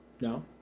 No